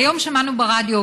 היום שמענו ברדיו,